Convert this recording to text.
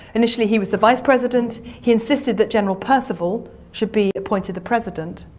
initially he was the vice president. he insisted that general percival should be appointed the president,